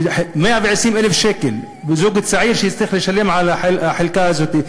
120,000 שקל לזוג צעיר שיצטרך לשלם על החלקה הזאת,